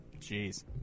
jeez